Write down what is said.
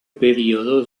periodo